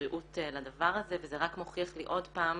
הבריאות לדבר הזה וזה רק מוכיח לי עוד פעם